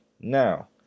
Now